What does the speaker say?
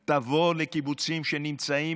תבוא לקיבוצים שנמצאים,